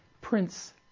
Prince